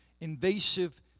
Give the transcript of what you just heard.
invasive